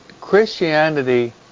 Christianity